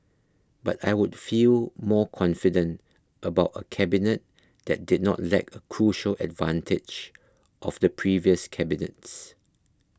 but I would feel more confident about a cabinet that did not lack a crucial advantage of the previous cabinets